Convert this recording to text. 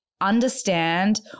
understand